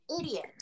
idiot